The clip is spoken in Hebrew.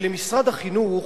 שמשרד החינוך,